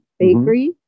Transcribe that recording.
bakery